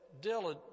Dylan